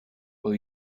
will